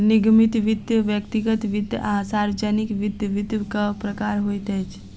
निगमित वित्त, व्यक्तिगत वित्त आ सार्वजानिक वित्त, वित्तक प्रकार होइत अछि